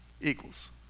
equals